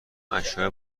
اشیاء